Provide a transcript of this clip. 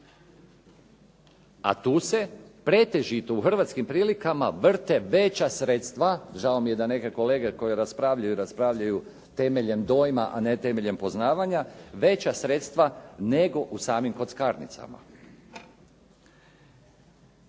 A tu se pretežito u hrvatskim prilikama vrte veća sredstva, žao mi što neke kolege raspravljaju, raspravljaju temeljem dojma, a ne temeljem poznavanja, veća sredstva nego u samim kockarnicama.